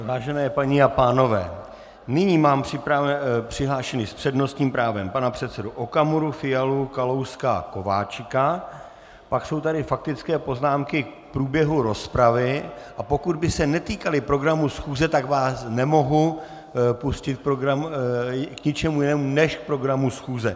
Vážené paní a pánové, nyní mám přihlášené s přednostním právem pana předsedu Okamuru, Fialu, Kalouska a Kováčika, pak jsou tady faktické poznámky k průběhu rozpravy, a pokud by se netýkaly programu schůze, tak vás nemohu pustit k ničemu jinému než k programu schůze.